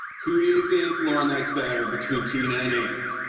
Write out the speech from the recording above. who do you think lorne likes better between tina and amy?